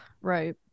Right